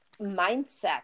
mindset